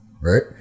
right